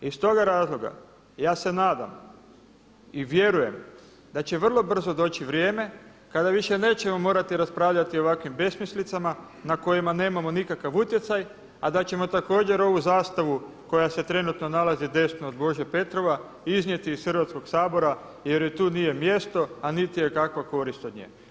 Iz toga razloga ja se nadam i vjerujem da će vrlo brzo doći vrijeme kada više nećemo morati raspravljati o ovakvim besmislicama nad kojima nemamo nikakav utjecaj a da ćemo također ovu zastavu koja se trenutno nalazi desno od Bože Petrova iznijeti iz Hrvatskog sabora jer joj tu nije mjesto a niti je kakva korist od nje.